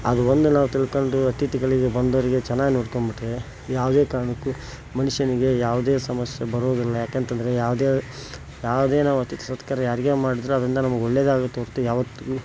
ಅದು ಒಂದು ನಾವು ತಿಳ್ಕೊಂಡು ಅತಿಥಿಗಳಿಗೆ ಬಂದವ್ರಿಗೆ ಚೆನ್ನಾಗಿ ನೋಡ್ಕೊಂಬಿಟ್ಟರೆ ಯಾವುದೇ ಕಾರಣಕ್ಕೂ ಮನುಷ್ಯನಿಗೆ ಯಾವುದೇ ಸಮಸ್ಯೆ ಬರೋದಿಲ್ಲ ಯಾಕಂತಂದರೆ ಯಾವುದೇ ಯಾವುದೇ ನಾವು ಅತಿಥಿ ಸತ್ಕಾರ ಯಾರಿಗೆ ಮಾಡಿದ್ರೂ ಅದರಿಂದ ನಮಗೆ ಒಳ್ಳೇದಾಗತ್ತೆ ಹೊರ್ತು ಯಾವಾತ್ತಿಗೂ